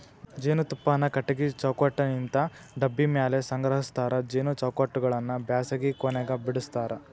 ಜೇನುತುಪ್ಪಾನ ಕಟಗಿ ಚೌಕಟ್ಟನಿಂತ ಡಬ್ಬಿ ಮ್ಯಾಲೆ ಸಂಗ್ರಹಸ್ತಾರ ಜೇನು ಚೌಕಟ್ಟಗಳನ್ನ ಬ್ಯಾಸಗಿ ಕೊನೆಗ ಬಿಡಸ್ತಾರ